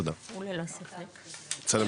ענבל,